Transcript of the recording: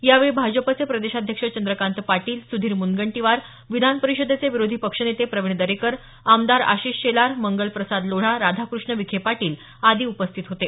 यावेळी भाजपचे प्रदेशाध्यक्ष चंद्रकांत पाटील सुधीर मुनगंटीवार विधानपरिषदेचे विरोधी पक्षनेते प्रवीण दरेकर आमदार आशिष शेलार मंगलप्रसाद लोढा राधाकृष्ण विखे पाटील आदी नेते उपस्थितीत होते